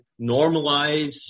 normalize